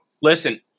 Listen